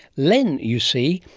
len, you see,